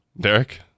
Derek